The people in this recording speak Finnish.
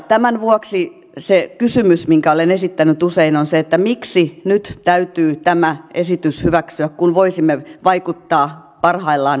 tämän vuoksi se kysymys minkä olen esittänyt usein on se miksi täytyy tämä esitys hyväksyä kun voisimme vaikuttaa parhaillaan uusittavaan direktiiviin